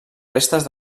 restes